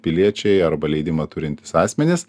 piliečiai arba leidimą turintys asmenys